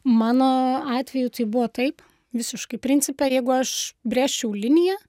mano atveju tai buvo taip visiškai principe jeigu aš pabrėžčiau liniją